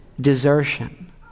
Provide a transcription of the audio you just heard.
desertion